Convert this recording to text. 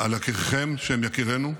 על יקיריכם, שהם יקירינו.